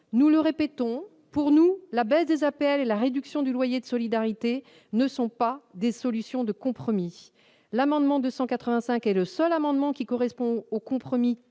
Nous le répétons, pour nous, la baisse des APL et la réduction du loyer de solidarité ne sont pas des solutions de compromis. L'amendement n° II-285 est le seul amendement qui correspond au compromis